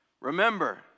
Remember